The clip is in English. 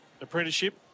apprenticeship